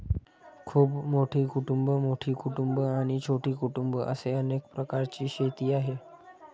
खूप मोठी कुटुंबं, मोठी कुटुंबं आणि छोटी कुटुंबं असे अनेक प्रकारची शेती आहे